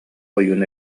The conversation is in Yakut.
ойуун